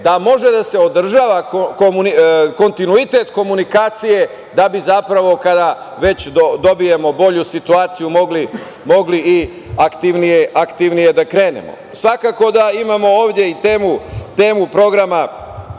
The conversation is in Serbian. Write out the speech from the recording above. da može da održava kontinuitet komunikacije, da bi zapravo kada već dobijemo bolju situaciju mogli i aktivnije da krenemo. Svakako da imamo ovde i temu programa